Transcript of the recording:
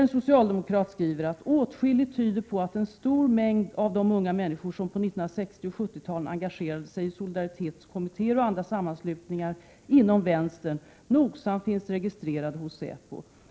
En socialdemokrat skriver där: ”Åtskilligt tyder på att en stor mängd av de unga människor som på 1960 och 1970-talen engagerade sig i solidaritetskommittéer och andra sammanslutningar inom vänstern nogsamt finns registrerade hos Säpo.